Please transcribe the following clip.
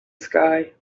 sky